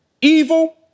evil